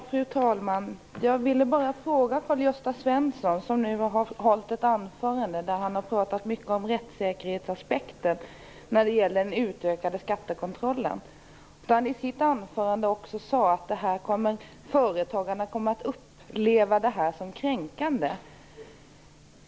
Fru talman! Jag vill ställa en fråga till Karl-Gösta Svenson, som har talat mycket om rättssäkerhetsaspekten när det gäller den utökade skattekontrollen. I sitt anförande sade han att företagarna kommer att uppleva det här som kränkande.